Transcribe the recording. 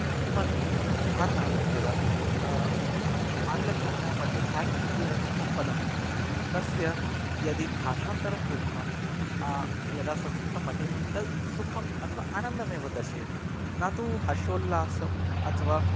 किमर्थं हा उदाहरणार्थं यदा आङ्ग्लभाषामध्ये ह्यापि इति एकं पदम् अस्ति तस्य यदि भाषान्तरं कुर्मः यदा संस्कृतमध्ये तद् सुखम् अथवा आनन्दमेव दर्शयति न तु हर्षोल्लासं अथवा